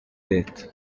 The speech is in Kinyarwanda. leta